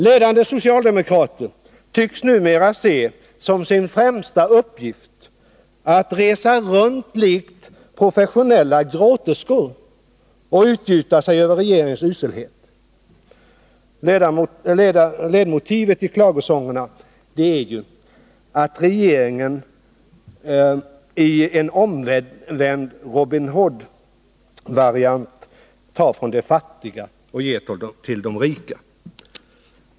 Ledande socialdemokrater tycks numera se som sin främsta uppgift att resa runt likt professionella gråterskor och utgjuta sig över regeringens uselhet. Ledmotivet i klagosångerna är att regeringen i en omvänd Robin Hood-variant tar från de fattiga och ger till de rika.